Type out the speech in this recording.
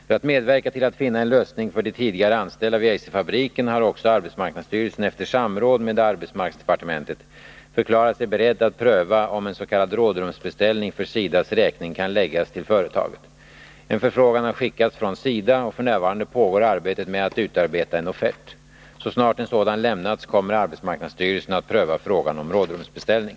För att medverka till att finna en lösning för de tidigare anställda vid Eiserfabriken har också arbetsmarknadsstyrelsen, efter samråd med arbetsmarknadsdepartementet, förklarat sig beredd att pröva om en s.k. rådrumsbeställning för SIDA:s räkning kan läggas till företaget. En förfrågan har skickats från SIDA, och f. n. pågår arbetet med att utarbeta en offert. Så snart en sådan lämnats kommer arbetsmarknadsstyrelsen att pröva frågan om rådrumsbeställning.